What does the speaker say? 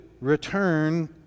return